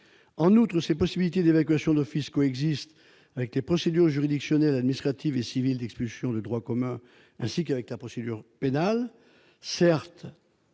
En outre, ces possibilités d'évacuation d'office coexistent avec les procédures juridictionnelles administratives et civiles d'expulsion de droit commun ainsi qu'avec la procédure pénale. Certes,